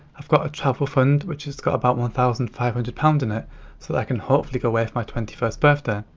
i've got a travel fund which has got about one thousand five hundred pounds in it so that i can hopefully go away for my twenty first birthday.